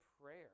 prayer